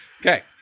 Okay